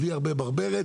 בלי הרבה ברברת,